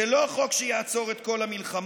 זה לא חוק שיעצור את כל המלחמות,